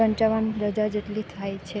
પંચાવન હજાર જેટલી થાય છે